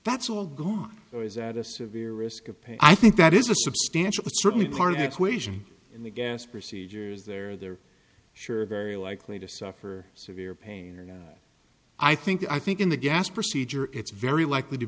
that's all gone or is at a severe risk of pain i think that is a substantial certainly part of the equation in the gas procedures there they're sure very likely to suffer severe pain i think i think in the gas procedure it's very likely to